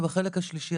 ובחלק השלישי,